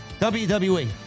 WWE